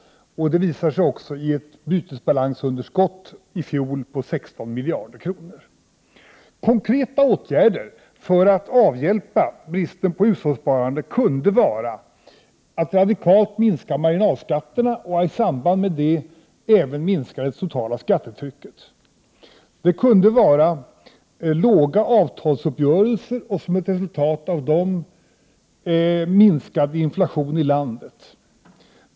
Det har också visat sig i ett bytesbalansunderskott i fjol på 16 miljarder kronor. Konkreta åtgärder för att avhjälpa bristen på hushållssparande kunde vara att radikalt minska marginalskatterna, och i samband med det även minska det totala skattetrycket. Det kunde vara låga avtalsuppgörelser, och som ett resultat av dem minskad inflation i landet.